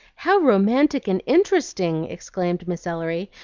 how romantic and interesting! exclaimed miss ellery,